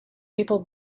people